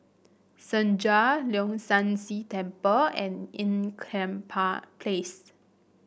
Senja Leong San See Temple and Ean Kiam Park Place